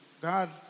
God